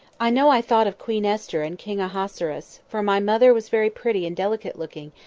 i know i thought of queen esther and king ahasuerus for my mother was very pretty and delicate-looking,